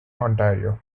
ontario